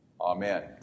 amen